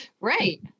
Right